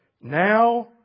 Now